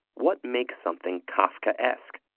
what makes something kafkaesque?